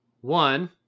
One